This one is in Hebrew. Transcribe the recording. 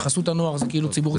וחסות הנוער זה כאילו לציבור הדתי.